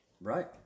right